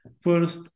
First